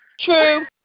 True